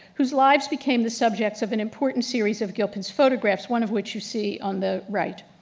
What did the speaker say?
whose lives became the subject of an important series of gilpin's photographs. one of which you see on the right.